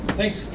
thanks,